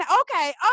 okay